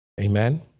Amen